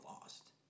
Lost